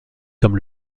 comme